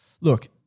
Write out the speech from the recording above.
look